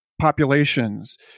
populations